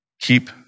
keep